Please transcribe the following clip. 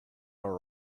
all